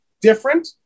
different